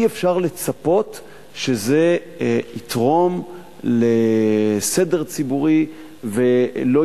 אי-אפשר לצפות שזה יתרום לסדר ציבורי ולא